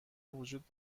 وجود